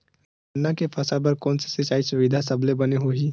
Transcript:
गन्ना के फसल बर कोन से सिचाई सुविधा सबले बने होही?